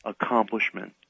accomplishment